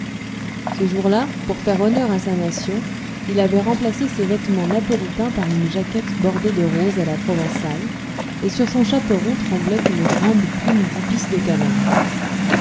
ce jour-là pour faire honneur à sa nation il avait remplacé ses vêtements napolitains par une jaquette bordée de rose à la provençale et sur son chaperon tremblait une grande plume d'ibis de camargue